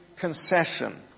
concession